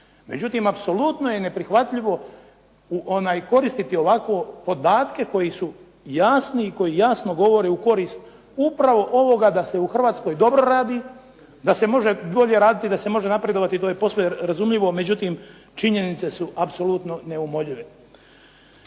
međutim apsolutno je neprihvatljivo koristiti ovako podatke koji su jasni i koji jasno govore u korist upravo ovoga da se u Hrvatskoj dobro radi, da se može bolje raditi i da se može napredovati to je posve razumljivo, međutim činjenice su apsolutno neumoljive.